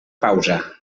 pausa